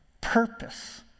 purpose